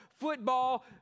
football